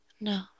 No